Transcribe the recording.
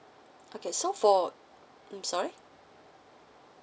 okay so for mm sorry